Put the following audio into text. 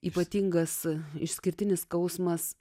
ypatingas išskirtinis skausmas